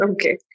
Okay